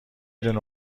دونه